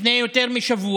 לפני יותר משבוע,